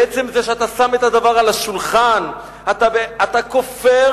בעצם זה שאתה שם את הדבר על השולחן, אתה כופר